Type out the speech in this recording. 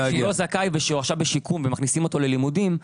שהוא לא זכאי ושהוא עכשיו בשיקום ומכניסים אותו ללימודים.